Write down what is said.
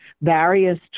various